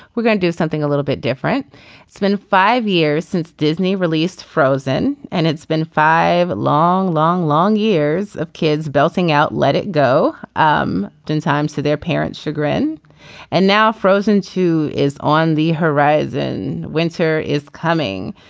we're going to do something a little bit different it's been five years since disney released frozen and it's been five long long long years of kids belting out let it go. um ten times to their parents chagrin and now frozen two is on the horizon. winter is coming.